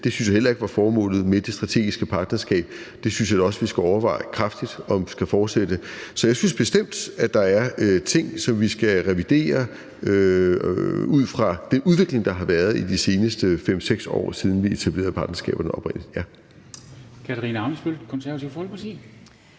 Det synes jeg heller ikke var formålet med det strategiske partnerskab; det synes jeg da også vi skal overveje kraftigt om vi skal fortsætte. Så jeg synes bestemt, der er ting, som vi skal revidere ud fra den udvikling, der har været de seneste 5-6 år, siden vi etablerede partnerskaberne oprindelig,